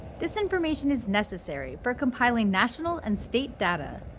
this information is necessary for compiling national and state data,